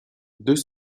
deux